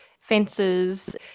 fences